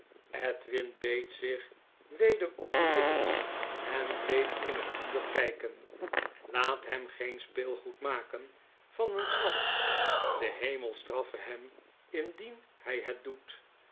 beet zich weder op de lippen en bleef in het vuur kyken laat hem geen speelgoed maken van een schat de heme straffe hem indien hy het doet